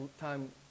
time